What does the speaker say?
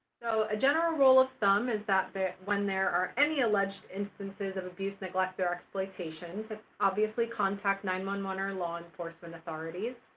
so a general rule of thumb is that that when there are any alleged instances of abuse, neglect, or exploitation, obviously contact nine one one or law enforcement authorities,